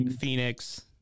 Phoenix